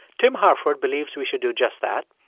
tim harford believes we should do just that.